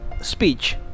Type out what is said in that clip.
speech